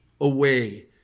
away